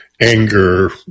anger